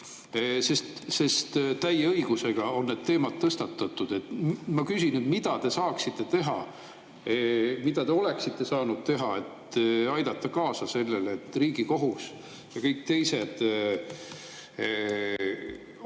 80%. Täie õigusega on need teemad tõstatatud. Ma küsin, mida te saaksite teha, mida te oleksite saanud teha, et aidata kaasa sellele, et Riigikohus ja kõik teised oleks